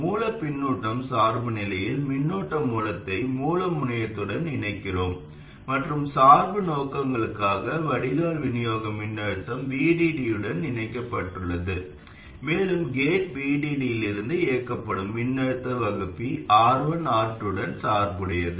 மூல பின்னூட்டம் சார்புநிலையில் மின்னோட்ட மூலத்தை மூல முனையத்துடன் இணைக்கிறோம் மற்றும் சார்பு நோக்கங்களுக்காக வடிகால் விநியோக மின்னழுத்த VDD உடன் இணைக்கப்பட்டுள்ளது மேலும் கேட் VDD இலிருந்து இயக்கப்படும் மின்னழுத்த வகுப்பி R1 R2 உடன் சார்புடையது